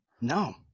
No